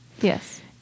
Yes